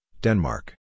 Denmark